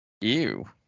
Ew